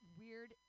weird